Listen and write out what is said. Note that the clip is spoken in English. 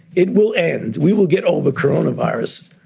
it will end, we will get over corona virus,